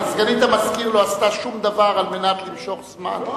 סגנית המזכיר לא עשתה שום דבר על מנת למשוך זמן,